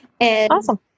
Awesome